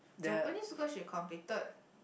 Japanese because she completed